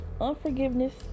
unforgiveness